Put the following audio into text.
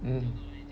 mm